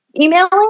emailing